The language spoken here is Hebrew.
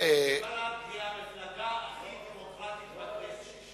בל"ד היא המפלגה הכי דמוקרטית בכנסת.